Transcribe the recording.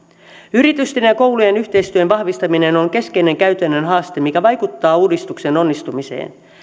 yritysten ja koulujen yhteistyön vahvistaminen on keskeinen käytännön haaste mikä vaikuttaa uudistuksen onnistumiseen